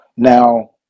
Now